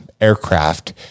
aircraft